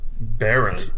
Baron